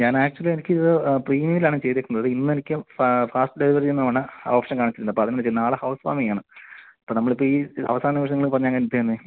ഞാൻ ആക്ചൊലി എനിക്കിത് പ്രീമിയം ആണ് ചെയ്തേക്കുന്നത് ഇന്നെനിക്ക് ഫാസ്റ്റ് ഡെലിവറി എന്ന് പറഞ്ഞ ഓപ്ഷൻ കാണിക്കുന്നുണ്ട് അപ്പോൾ നാളെ ഹൗസ് വാമിങ്ങ് ആണ് അപ്പോൾ നമ്മൾ ഇപ്പോൾ ഈ അവസാന നിമിഷം നിങ്ങൾ ഇങ്ങനെ പറഞ്ഞാൽ എങ്ങനത്തേന്ന്